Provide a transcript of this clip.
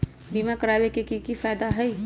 बीमा करबाबे के कि कि फायदा हई?